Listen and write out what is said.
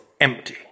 empty